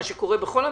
מה שקורה בכל המגזרים,